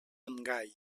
montgai